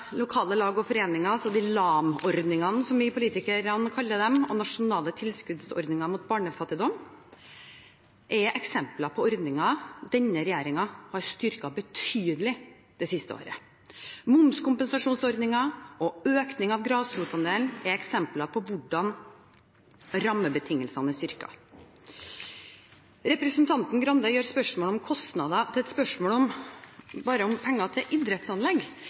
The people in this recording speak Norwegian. lokale lag og foreninger – LAM-ordningen, som vi politikere kaller den – og Nasjonal tilskuddsordning mot barnefattigdom er eksempler på ordninger denne regjeringen har styrket betydelig det siste året. Momskompensasjonsordningen og økning av grasrotandelen er eksempler på hvordan rammebetingelsene er styrket. Representanten Grande gjør spørsmålet om kostnader til et spørsmål bare om penger til idrettsanlegg. Det tror jeg blir litt for enkelt. Idrettsanlegg